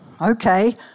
okay